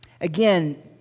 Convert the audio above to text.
Again